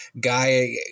guy